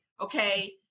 okay